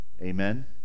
amen